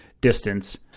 distance